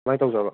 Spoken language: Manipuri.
ꯁꯨꯃꯥꯏꯅ ꯇꯧꯖꯕ